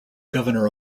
governor